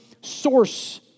source